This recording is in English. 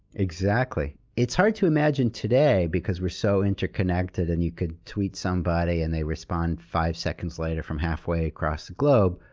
exactly. it's hard to imagine today because we're so interconnected and you could tweet somebody and they respond five seconds later from halfway across the globe,